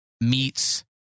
meets